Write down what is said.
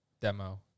Demo